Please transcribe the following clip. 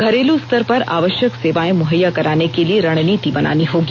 घरेलू स्तर पर आवश्यक सेवाए मुहैया कराने के लिए रणनीति बनानी होगी